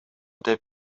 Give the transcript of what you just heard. деп